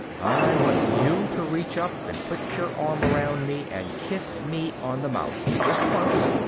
i want you to reach up, and put your arm around me and kiss me on the mouth, just once.